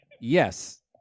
Yes